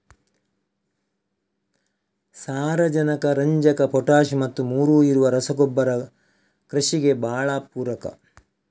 ಸಾರಾಜನಕ, ರಂಜಕ, ಪೊಟಾಷ್ ಈ ಮೂರೂ ಇರುವ ರಸಗೊಬ್ಬರ ಕೃಷಿಗೆ ಭಾಳ ಪೂರಕ